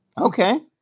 Okay